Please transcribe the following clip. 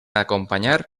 acompanyar